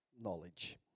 knowledge